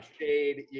shade